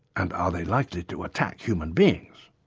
and are they likely to attack human beings?